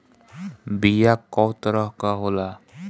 बीया कव तरह क होला?